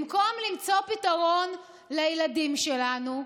במקום למצוא פתרון לילדים שלנו,